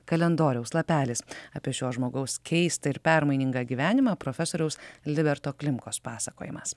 kalendoriaus lapelis apie šio žmogaus keistą ir permainingą gyvenimą profesoriaus liberto klimkos pasakojimas